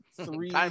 three